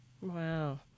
Wow